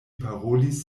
parolis